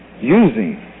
using